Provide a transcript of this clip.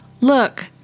Look